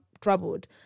troubled